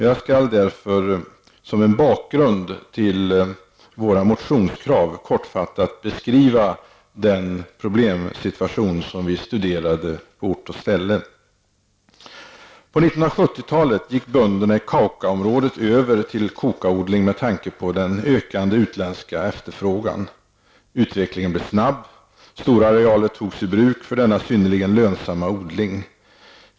Jag skall därför som bakgrund till våra motionskrav kortfattat beskriva den problemsituation som vi studerade på ort och ställe. På 1970-talet gick bönderna i Caucaområdet över till kokaodling med tanke på den ökande utländska efterfrågan. Utvecklingen blev snabb. Stora arealer togs i bruk för denna synnerligen lönsamma odling.